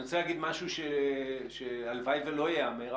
ואני רוצה להגיד משהו שהלוואי ולא ייאמר,